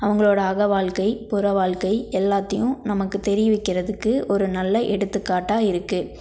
அவங்களோட அக வாழ்க்கை புற வாழ்க்கை எல்லாத்தையும் நமக்கு தெரிய வைக்கின்றதுக்கு ஒரு நல்ல எடுத்துக்காட்டாக இருக்குது